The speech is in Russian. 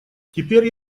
теперь